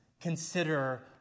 consider